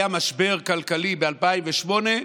היה משבר כלכלי ב-2008,